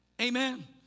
Amen